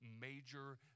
major